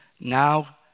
now